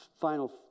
final